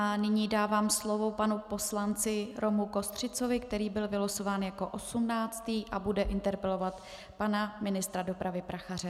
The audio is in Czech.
Nyní dávám slovo panu poslanci Romu Kostřicovi, který byl vylosován jako osmnáctý a bude interpelovat pana ministra dopravy Prachaře.